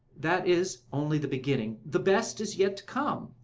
that is only the beginning. the best is yet to come.